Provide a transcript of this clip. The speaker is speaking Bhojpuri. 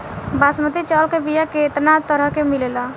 बासमती चावल के बीया केतना तरह के मिलेला?